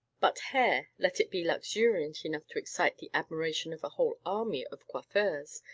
but hair, let it be luxuriant enough to excite the admiration of a whole army of coiffeurs,